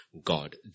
god